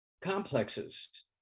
complexes